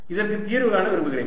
இதற்கு தீர்வு காண விரும்புகிறேன்